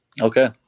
Okay